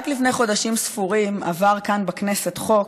רק לפני חודשים ספורים עבר כאן בכנסת חוק,